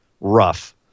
rough